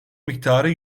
miktarı